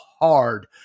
hard